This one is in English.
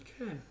Okay